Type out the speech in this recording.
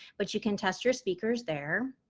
but you can test your speakers there.